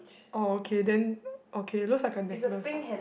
oh okay then okay looks like a necklace